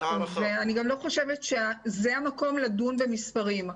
אני גם לא חושבת שזה המקום לדון במספרים,